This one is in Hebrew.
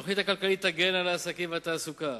התוכנית הכלכלית תגן על העסקים ועל התעסוקה,